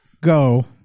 go